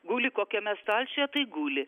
guli kokiame stalčiuje tai guli